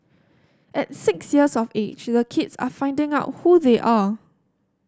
at six years of age the kids are finding out who they are